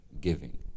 giving